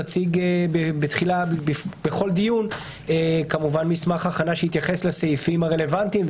נציג בכל דיון מסמך הכנה שיתייחס לסעיפים הרלוונטיים,